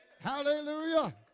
Hallelujah